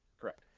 Correct